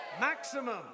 maximum